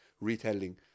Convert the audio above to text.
retelling